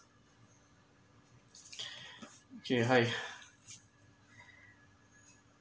okay hi